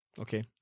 Okay